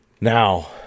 Now